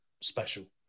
special